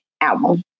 album